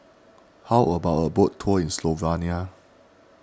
how about a boat tour in Slovenia